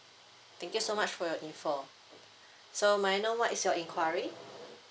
thank you so much for your info so may I know what is your enquiry